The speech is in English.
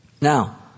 Now